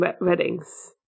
weddings